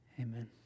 Amen